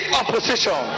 opposition